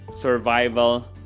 survival